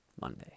Monday